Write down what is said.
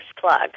plug